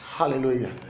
Hallelujah